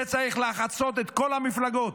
זה צריך לחצות את כל המפלגות.